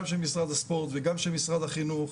גם של משרד הספורט וגם של משרד החינוך,